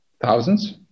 Thousands